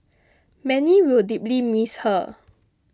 many will deeply miss her